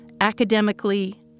academically